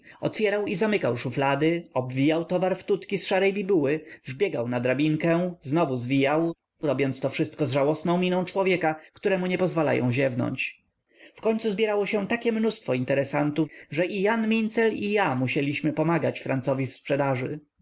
otwierał i zamykał szuflady obwijał towar w tutki z szarej bibuły wbiegał na drabinkę znowu zwijał robiąc to wszystko z żałosną miną człowieka któremu nie pozwalają ziewnąć wkońcu zbierało się takie mnóstwo interesantów że i jan mincel i ja musieliśmy pomagać francowi w sprzedaży